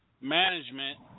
management